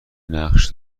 نقش